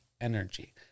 energy